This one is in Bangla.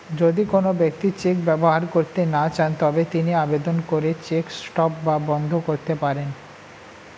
যদি কোন ব্যক্তি চেক ব্যবহার করতে না চান তবে তিনি আবেদন করে চেক স্টপ বা বন্ধ করতে পারেন